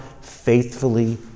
faithfully